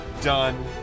done